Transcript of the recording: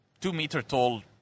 two-meter-tall